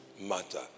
matter